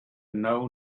know